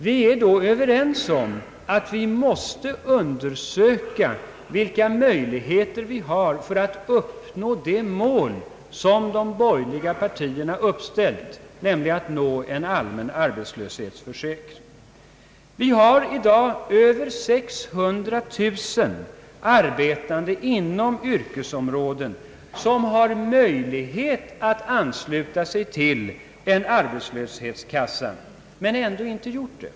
Vi är dock överens om att vi måste undersöka vilka möjligheter vi har att upp nå det mål som de borgerliga partierna har uppställt, nämligen att åstadkomma en allmän arbetslöshetsförsäkring. Vi har i dag över 600 000 personer som är fackligt organiserade och arbetande inom yrkesområden, där de borde ha möjlighet att ansluta sig till en arbetslöshetskassa men ändå inte har gjort det.